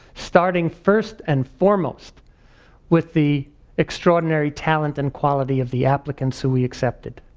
starting first and foremost with the extraordinary talent and quality of the applicants who we accepted.